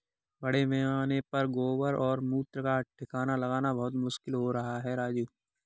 बड़े पैमाने पर गोबर और मूत्र का ठिकाना लगाना बहुत मुश्किल हो रहा है राजू